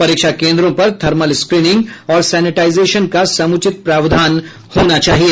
परीक्षा केंद्रों पर थर्मल स्क्रीनिंग और सेनिटाइजेशन का समुचित प्रावधान होना चाहिए